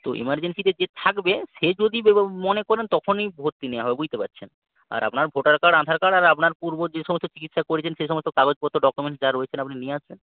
তো এমার্জেন্সীতে যে থাকবেন সে যদি মনে করবেন তখনই ভর্তি নেওয়া হবে বুঝতে পারছেন আর আপনার ভোটার কার্ড আধার কার্ড আর আপনার পুর্ব যে সমস্ত চিকিৎসা করেছেন সে সমস্ত কাগজপত্র ডকুমেন্টস যা রয়েছে আপনি নিয়ে আসবেন